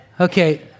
Okay